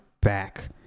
back